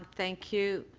thank you.